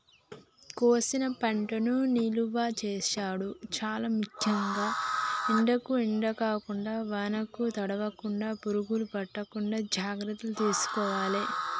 కోసిన పంటను నిలువ చేసుడు చాల ముఖ్యం, ఎండకు ఎండకుండా వానకు తడవకుండ, పురుగులు పట్టకుండా జాగ్రత్తలు తీసుకోవాలె